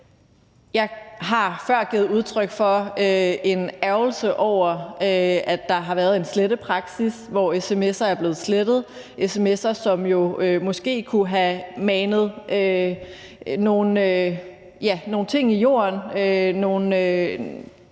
Jeg har før givet udtryk for en ærgrelse over, at der har været en slettepraksis, hvor sms'er blevet slettet, sms'er, som jo måske kunne have manet nogle ting i jorden, nogle